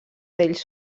d’ells